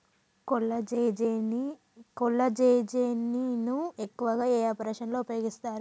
కొల్లాజెజేని ను ఎక్కువగా ఏ ఆపరేషన్లలో ఉపయోగిస్తారు?